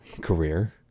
career